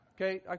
okay